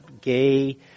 gay